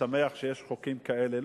ושמח שיש חוקים כאלה,